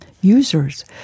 users